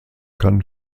kann